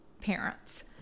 parents